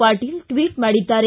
Patil tweet ಮಾಡಿದ್ದಾರೆ